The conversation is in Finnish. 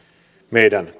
meidän